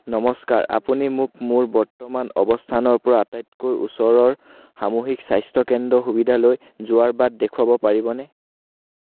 নমস্কাৰ আপুনি মোক মোৰ বৰ্তমান অৱস্থানৰ পৰা আটাইতকৈ ওচৰৰ সামূহিক স্বাস্থ্য কেন্দ্ৰ সুবিধালৈ যোৱাৰ বাট দেখুৱাব পাৰিবনে